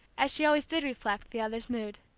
as she always did react, the others' mood.